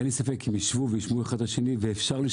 אין לי ספק שאם נשב ונשמע אחד את השני, זה אפשרי.